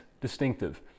distinctive